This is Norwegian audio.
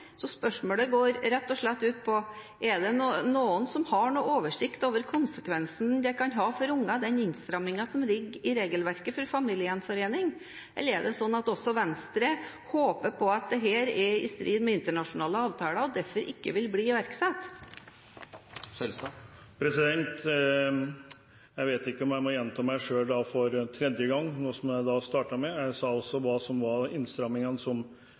Spørsmålet er rett og slett: Er det noen som har noen oversikt over konsekvensen den innstramningen som ligger i regelverket for familiegjenforening, kan ha for unger, eller er det slik at også Venstre håper på at dette er i strid med internasjonale avtaler og derfor ikke vil bli iverksatt? Jeg vet ikke om jeg må gjenta meg selv for tredje gang med det jeg startet med. Jeg sa også hva det var som var